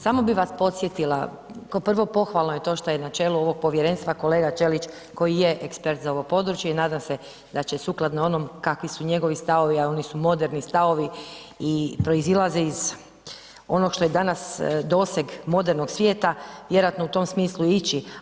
Samo bi vas podsjetila, kao prvo pohvalno je to što je na čelu ovog povjerenstva kolega Ćelić koji je ekspert za ovo područje i nadam se da će sukladno onom kakvi su njegovi stavovi, a oni su moderni stavovi i proizilaze iz onog što je danas doseg modernog svijeta, vjerojatno u tom smislu i ići.